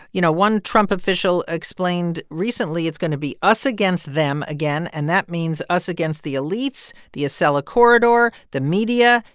you know, one trump official explained recently, it's going to be us against them again, and that means us against the elites, the acela corridor, the media,